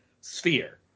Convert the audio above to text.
sphere